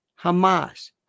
Hamas